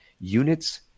units